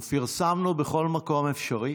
ופרסמנו בכל מקום אפשרי